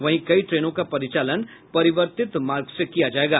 वहीं कई ट्रेनों का परिचालन परिवर्तित मार्ग से किया जायेगा